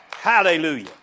Hallelujah